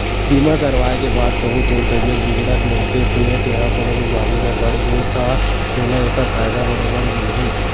बीमा करवाय के बाद कहूँ तोर तबीयत बिगड़त नइते फेर तेंहा कोनो बेमारी म पड़ गेस ता तोला ऐकर फायदा बरोबर मिलही